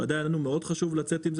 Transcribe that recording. ועדיין היה לנו מאוד חשוב לצאת עם זה